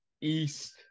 east